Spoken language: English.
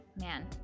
man